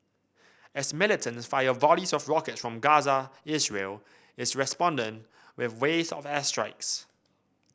as militants fire volleys of rockets from Gaza Israel is responding with waves of airstrikes